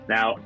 Now